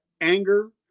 anger